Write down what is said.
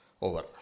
Over